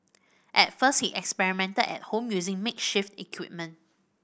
at first he experimented at home using makeshift equipment